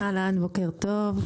בוקר טוב.